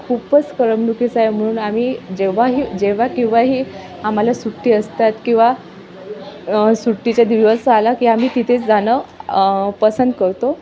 खूपच करमणूकीचं आहे म्हणून आम्ही जेव्हा ही जेव्हा केव्हाही आम्हाला सुट्टी असतात किंवा सुट्टीचा दिवस आला की आम्ही तिथे जाणं पसंत करतो